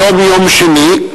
היום יום שני,